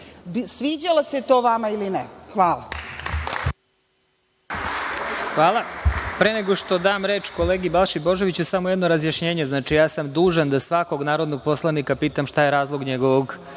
sviđalo se to vama ili ne. Hvala.